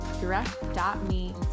direct.me